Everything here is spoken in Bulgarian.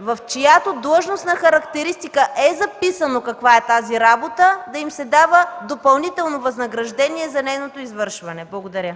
в чиято длъжностна характеристика е записано каква е тази работа, да им се дава допълнително възнаграждение за нейното извършване. Благодаря.